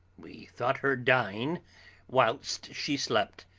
we thought her dying whilst she slept,